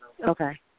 Okay